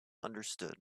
understood